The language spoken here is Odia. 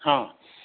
ହଁ